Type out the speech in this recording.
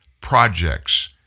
projects